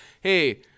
Hey